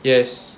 yes